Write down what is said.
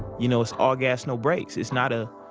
you know, it's all gas, no breaks. it's not a,